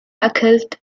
أكلت